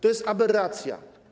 To jest aberracja.